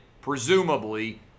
presumably